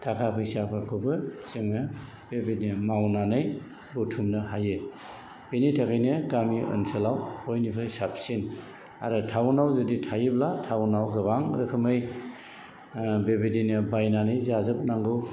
थाखा फैसाफोरखौबो जोङो बेबायदि मावनानै बुथुमनो हायो बेनि थाखायनो गामि ओनसोलाव बयनिफ्राय साबसिन आरो टाउनाव जुदि थायोब्ला टाउनाव गोबां रोखोमै बेबायदिनो बायनानै जाजोबनांगौ